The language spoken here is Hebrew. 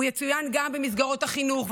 הוא יצוין גם במסגרות החינוך,